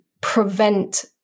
prevent